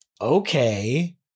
Okay